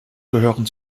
gehören